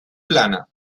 plana